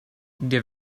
der